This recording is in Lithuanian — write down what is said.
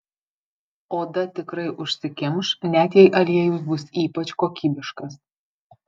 oda tikrai užsikimš net jei aliejus bus ypač kokybiškas